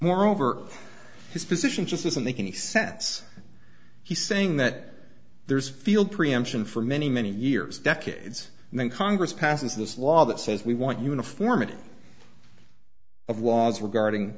moreover his position just doesn't make any sense he's saying that there's field preemption for many many years decades and then congress passes this law that says we want uniformity of laws regarding